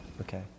okay